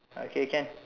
okay can